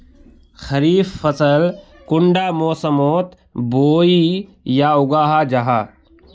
खरीफ फसल कुंडा मोसमोत बोई या उगाहा जाहा?